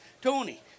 Tony